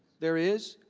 there is?